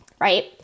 Right